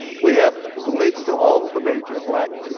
we have links to all the major black,